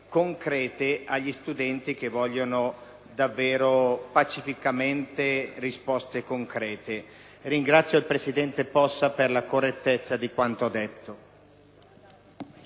concrete agli studenti che vogliono, davvero pacificamente, risposte concrete. Ringrazio di nuovo il presidente Possa per la correttezza di quanto ha detto.